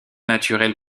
naturels